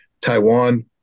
taiwan